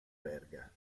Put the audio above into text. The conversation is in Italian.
verga